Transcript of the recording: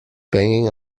banging